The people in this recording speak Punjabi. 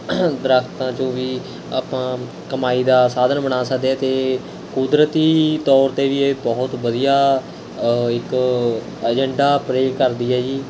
ਦਰਖੱਤਾਂ 'ਚੋਂ ਵੀ ਆਪਾਂ ਕਮਾਈ ਦਾ ਸਾਧਨ ਬਣਾ ਸਕਦੇ ਹਾਂ ਅਤੇ ਕੁਦਰਤੀ ਤੌਰ 'ਤੇ ਵੀ ਇਹ ਬਹੁਤ ਵਧੀਆ ਇੱਕ ਏਜੰਡਾ ਪਲੇਅ ਕਰਦੀ ਹੈ ਜੀ